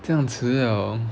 这样迟 liao